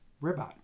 Ribot